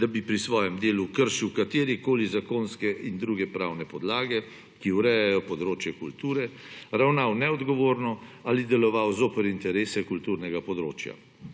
da bi pri svojem delu kršil katerekoli zakonske in druge pravne podlage, ki urejajo področje kulture, ravnal neodgovorno ali deloval zoper interese kulturnega področja.